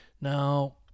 Now